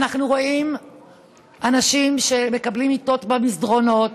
אנחנו רואים אנשים שמקבלים מיטות במסדרונות.